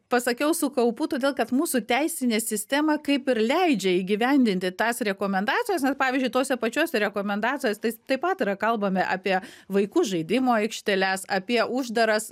pasakiau su kaupu todėl kad mūsų teisinė sistema kaip ir leidžia įgyvendinti tas rekomendacijas pavyzdžiui tose pačiose rekomendacijose tai taip pat yra kalbame apie vaikų žaidimo aikšteles apie uždaras